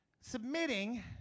submitting